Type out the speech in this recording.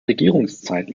regierungszeit